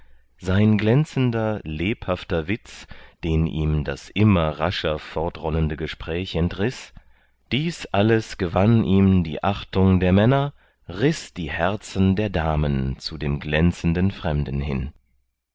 sein glänzender lebhafter witz den ihm das immer rascher fortrollende gespräch entriß dies alles gewann ihm die achtung der männer riß die herzen der damen zu dem glänzenden fremden hin